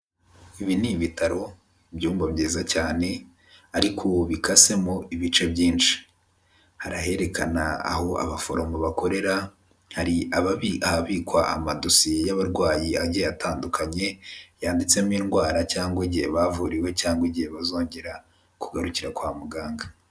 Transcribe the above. Ibi ni ibitaro byumba byiza cyane ariko ubu bikasemo ibice byinshi, hari ahekana aho abaforomo bakorera, hari ababi ahabikwa amadosiye y'abarwayi agiye atandukanye yanditsemo indwara cyangwa igihe bavuriwe, cyangwa igihe bazongera kugarukira kwa muganga.